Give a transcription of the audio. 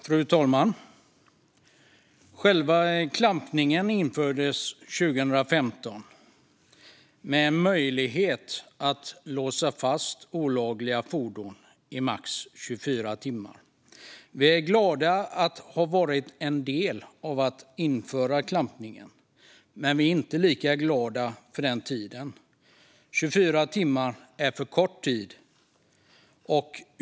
Fru talman! Klampning infördes 2015 och innebar en möjlighet att låsa fast fuskande fordon i max 24 timmar. Vi är glada att ha varit en del av arbetet med att införa klampning, men vi är inte lika glada över tidsfristen - 24 timmar är för kort tid.